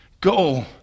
Go